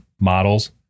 models